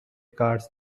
cards